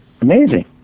amazing